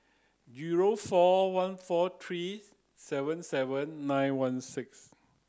zero four one four three seven seven nine one six